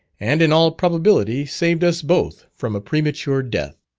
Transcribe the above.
and in all probability saved us both from a premature death.